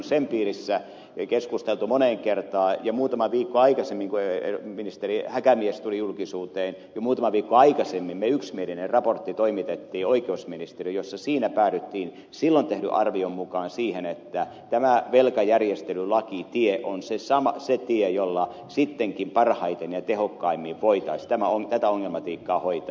me olemme sen piirissä keskustelleet moneen kertaan ja jo muutama viikko aikaisemmin kuin ministeri häkämies tuli julkisuuteen me toimitimme yksimielisen raportin oikeusministeriöön jossa päädyttiin silloin tehdyn arvion mukaan siihen että tämä velkajärjestelylakitie on se tie jolla sittenkin parhaiten ja tehokkaimmin voitaisiin tätä ongelmatiikkaa hoitaa